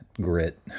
grit